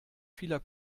vieler